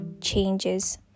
changes